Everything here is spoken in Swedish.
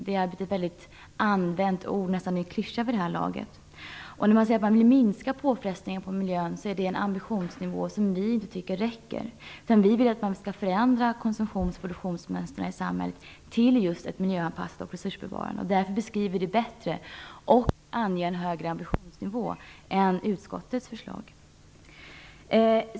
Det är ett ofta använt uttryck, nästan en klyscha vid det här laget. Ambitionen att minska påfrestningarna på miljön anser vi inte räcker, utan vi vill att man skall förändra konsumtions och produktionsmönstren i samhället till miljöanpassade och resursbevarande. Vi har alltså en högre ambitionsnivå än utskottsmajoriteten.